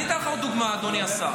אני אתן לך עוד דוגמה, אדוני השר.